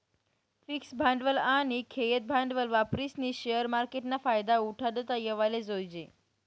fix भांडवल आनी खेयतं भांडवल वापरीस्नी शेअर मार्केटना फायदा उठाडता येवाले जोयजे